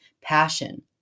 passion